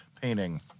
painting